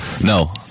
No